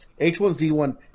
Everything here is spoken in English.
H1Z1